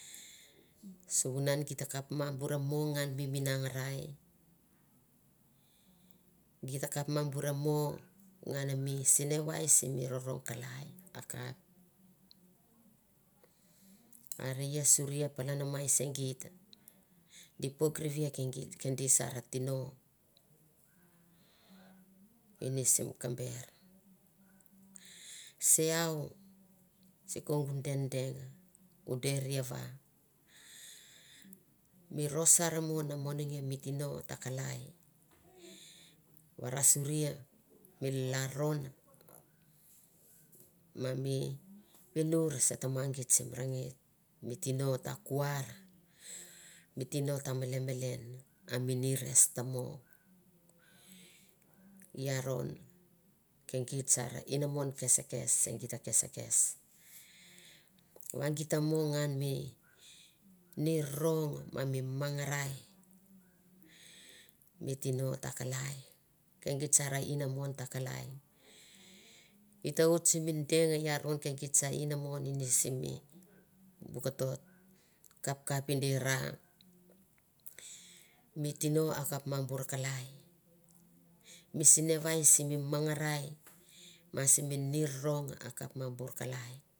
Suvunan gita kap ma bure mu ngan mi minanggarai gita kapmabu mo ngan mi sinevai simi rorong kalai akap ma bur mo ngan mi sinevai simi rorong kalai akap aria suria a palan mai segita di pok rivia ke de sara a tino ini simi tino ra kalai vara suria mi laron ma mi vinur se tamagir sim vagir mi tino ta kuar mi tino ta melmelen a mi nires ta mo aron ke gita san inamon keskes e git kesekes va gir ta mo ngan mi ni nonong ma mi mangarai mi tino ta kalai kegit san inamon ta kalai i ta oti simi deng i arong ke git san inamon ni simi bu koto kapkapi di ra mi tino a kap ma bur kalai mi sinevai sim manangarai ma simi rorong a kap ma burk alai